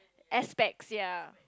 aspects ya